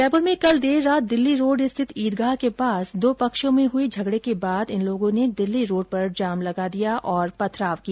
जयपुर में कल देर रात दिल्ली रोड स्थित ईदगाह के पास दो पक्षों मे हुए झगडे के बाद इन लोर्गो ने दिल्ली रोड पर जाम लगा दिया और पथराव किया